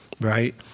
right